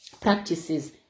practices